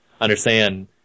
understand